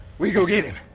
we go get em.